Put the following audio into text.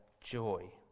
joy